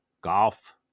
golf